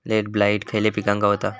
Late blight खयले पिकांका होता?